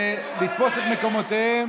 לתפוס את מקומותיהם,